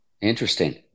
Interesting